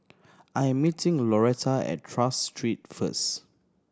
I am meeting Lauretta at Tras Street first